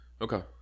Okay